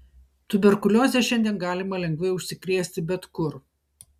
tuberkulioze šiandien galima lengvai užsikrėsti bet kur